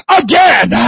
again